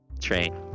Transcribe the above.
Train